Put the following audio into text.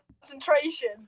concentration